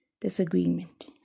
disagreement